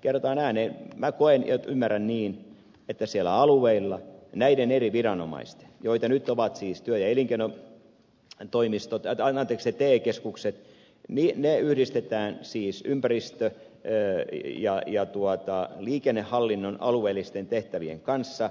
kerrotaan ääneen niin minä koen ja ymmärrän niin että siellä alueilla näiden eri viranomaisten joita nyt ovat siis te keskukset tehtäviä yhdistetään siis ympäristö ja liikennehallinnon alueellisten tehtävien kanssa